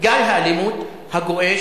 גל האלימות הגואה,